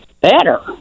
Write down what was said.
better